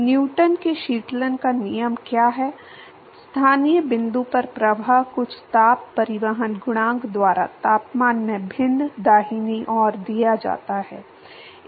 Newton के शीतलन का नियम क्या है स्थानीय बिंदु पर प्रवाह कुछ ताप परिवहन गुणांक द्वारा तापमान में भिन्न दाहिनी ओर दिया जाता है